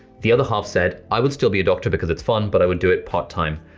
the other half said, i would still be a doctor because its fun, but i would do it part time.